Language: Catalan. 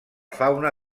fauna